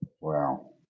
Wow